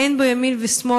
אין בו ימין ושמאל,